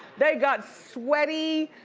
they got sweaty,